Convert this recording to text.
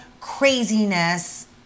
craziness